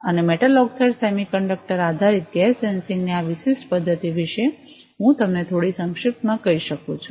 અને metal oxide semiconductor આધારિત gas સેન્સિંગની આ વિશિષ્ટ પદ્ધતિ વિશે હું તમને થોડો સંક્ષિપ્તમાં કહી શકું છું